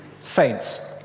saints